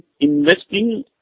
investing